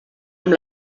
amb